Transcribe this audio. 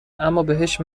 امابهش